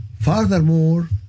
furthermore